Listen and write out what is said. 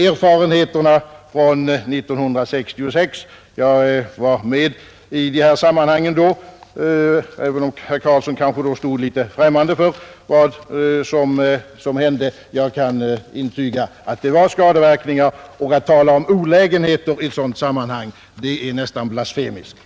Erfarenheterna från 1966 — jag var med vid det tillfället, men herr Carlsson kanske då stod litet främmande för vad som hände — visar att det blir skadeverkningar. Att tala om ”olägenheter” i ett sådant sammanhang är nästan blasfemiskt.